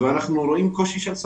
ואנחנו רואים קושי בעניין השפה.